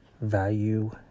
value